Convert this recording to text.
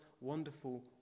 wonderful